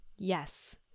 Yes